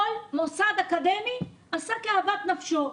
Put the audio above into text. כל מוסד אקדמי עשה כאוות נפשו.